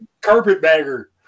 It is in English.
carpetbagger